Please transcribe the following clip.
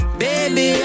baby